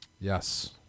Yes